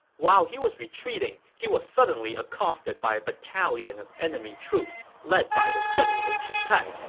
while he was retreating, he was suddenly accosted by a battalion of enemy troops, led by the general chen tai.